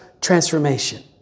transformation